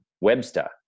Webster